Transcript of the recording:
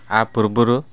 ଆ ପୂର୍ବୁରୁ